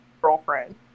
girlfriend